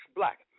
black